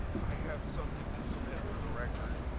i have something to submit for the record.